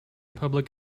public